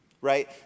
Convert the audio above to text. right